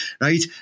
right